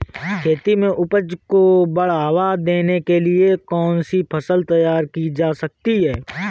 खेती में उपज को बढ़ावा देने के लिए कौन सी फसल तैयार की जा सकती है?